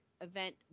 event